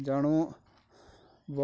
ଜାଣୁ ବହୁତ